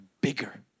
bigger